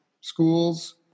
schools